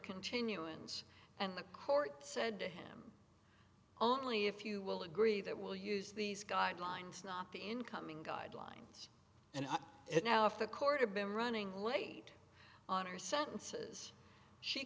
continuance and the court said to him only if you will agree that we'll use these guidelines not the incoming guideline and it now if the court or been running late on her sentences she